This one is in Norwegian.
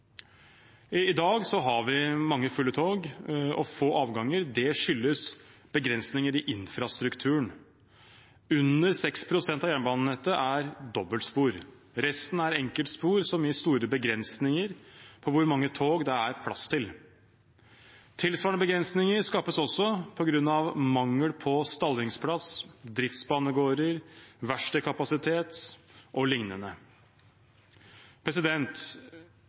I dag har vi mange fulle tog, og få avganger skyldes begrensninger i infrastrukturen. Under 6 pst. av jernbanenettet er dobbeltspor. Resten er enkeltspor, som gir store begrensninger på hvor mange tog det er plass til. Tilsvarende begrensninger skapes også på grunn av mangel på stallingsplass, driftsbanegårder,